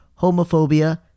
homophobia